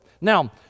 Now